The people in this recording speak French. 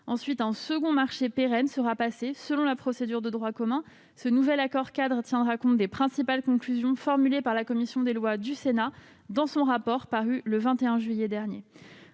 Ensuite, un nouveau marché pérenne sera passé selon la procédure de droit commun. Cet accord-cadre tiendra compte des principales conclusions formulées par la commission des lois du Sénat dans son rapport paru le 21 juillet dernier.